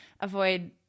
avoid